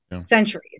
centuries